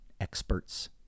experts